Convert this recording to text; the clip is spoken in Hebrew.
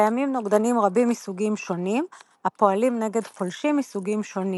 קיימים נוגדנים רבים מסוגים שונים הפועלים נגד פולשים מסוגים שונים.